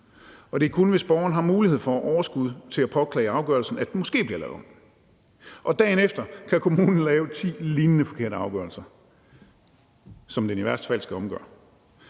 det er kun, hvis borgeren har mulighed for og overskud til at påklage afgørelsen, at den måske bliver lavet om. Dagen efter kan kommunen træffe ti lignende forkerte afgørelser, som den i værste fald skal omgøre.